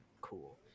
cool